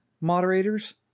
moderators